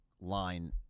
line